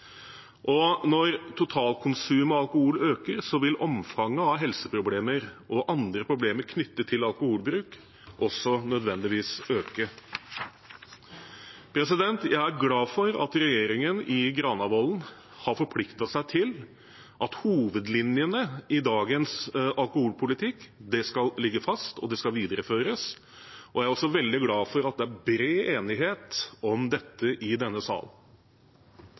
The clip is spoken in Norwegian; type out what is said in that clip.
og tidlig død. Økt tilgjengelighet fører selvsagt også til økt forbruk, og når totalkonsumet av alkohol øker, vil omfanget av helseproblemer og andre problemer knyttet til alkoholbruk nødvendigvis også øke. Jeg er glad for at regjeringen i Granavolden-plattformen har forpliktet seg til at hovedlinjene i dagens alkoholpolitikk skal ligge fast, og at det skal videreføres, og jeg er også veldig glad for at det er bred enighet om dette i denne